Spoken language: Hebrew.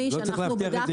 לא צריך להבטיח את זה,